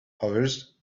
others